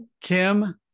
Kim